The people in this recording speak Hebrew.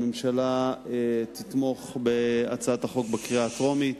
הממשלה תתמוך בהצעת החוק בקריאה הטרומית.